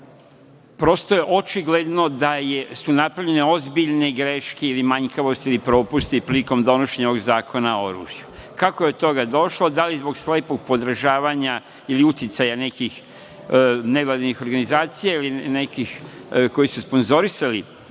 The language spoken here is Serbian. prosto je očigledno da su napravljene ozbiljne greške, ili manjkavosti, ili propusti prilikom donošenja ovog Zakona o oružju. Kako je do toga došlo, da li zbog slepog podržavanja ili uticaja nekih nevladinih organizacija, ili nekih koji su sponzorisali